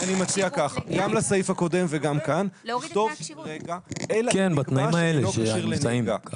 אני מציע שגם לסעיף הקודם וגם כאן לכתוב אלא אם נקבע שאינו כשיר לנהיגה.